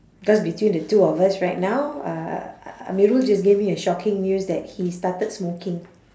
cause between the two of us right now uh amirul just gave me a shocking news that he started smoking